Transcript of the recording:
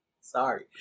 Sorry